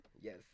yes